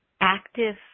active